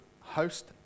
Host